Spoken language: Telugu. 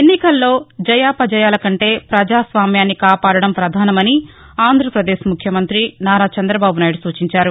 ఎన్నికల్లో జయాపజయాలకంటే పజాస్వామ్యాన్ని కాపాడడం ప్రధానమని ఆంధ్రపదేశ్ ముఖ్యమంత్రి నారా చంద్రబాబు నాయుడు సూచించారు